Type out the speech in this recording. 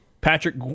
Patrick